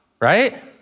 right